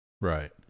Right